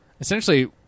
essentially